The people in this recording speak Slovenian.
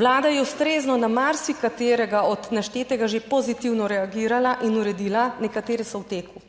Vlada je ustrezno na marsikaterega od naštetega že pozitivno reagirala in uredila, nekatere so v teku.